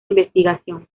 investigación